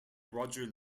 roger